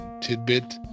tidbit